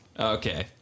Okay